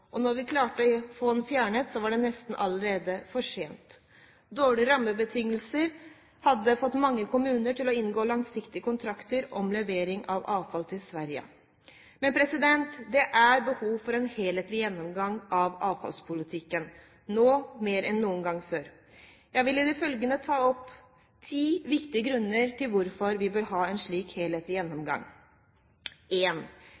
vi klarte å få den fjernet, var det nesten for sent. Dårlige rammebetingelser hadde fått mange kommuner til å inngå langsiktige kontrakter om levering av avfall til Sverige. Det er behov for en helhetlig gjennomgang av avfallspolitikken – nå mer enn noen gang før. Jeg vil i det følgende ta opp ti viktige grunner til hvorfor vi bør ha en slik helhetlig gjennomgang. Punkt 1: EUs rammedirektiv for avfall pålegger alle land å utarbeide en